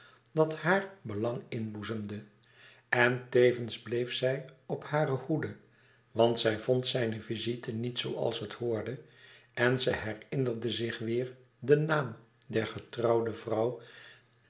dat haar belang inboezemde en tevens bleef zij op hare hoede want zij vond zijne visite niet zooals het behoorde en ze herinnerde zich weêr den naam der getrouwde vrouw